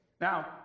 Now